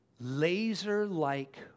laser-like